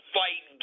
fight